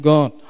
God